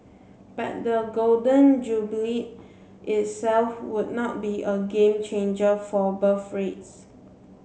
but the Golden Jubilee itself would not be a game changer for birth rates